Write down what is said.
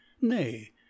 nay